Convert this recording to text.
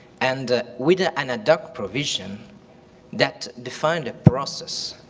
and with a and and provision that defines a process,